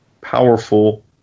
powerful